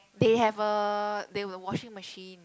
they have a they have a washing machine